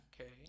Okay